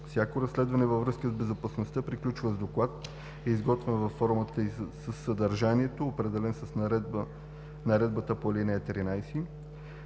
Всяко разследване във връзка с безопасността приключва с доклад, изготвен във формата и със съдържанието, определени с наредбата по ал. 13.